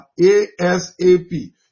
ASAP